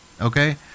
okay